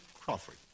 Crawford